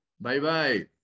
Bye-bye